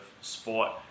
sport